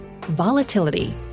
Volatility